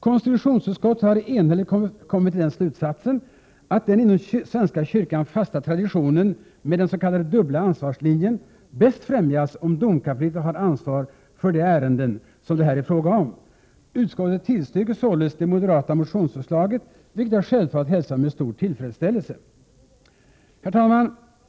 Konstitutionsutskottet har enhälligt kommit till den slutsatsen, att den inom svenska kyrkan fasta traditionen med den s.k. dubbla ansvarslinjen bäst främjas om domkapitlet har ansvar för de ärenden som det här är fråga om. Utskottet tillstyrker således det moderata motionsförslaget, vilket jag självfallet hälsar med stor tillfredsställelse. Herr talman!